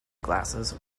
glasses